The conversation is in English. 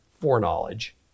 foreknowledge